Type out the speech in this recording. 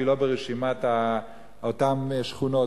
והיא לא ברשימת אותן שכונות.